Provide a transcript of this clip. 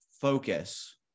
focus-